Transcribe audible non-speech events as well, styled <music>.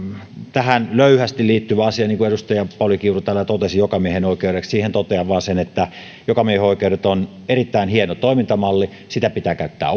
tähän löyhästi liittyvä asia niin kuin edustaja pauli kiuru täällä totesi jokamiehenoikeudet siihen totean vain sen että jokamiehenoikeudet ovat erittäin hieno toimintamalli niitä pitää käyttää <unintelligible>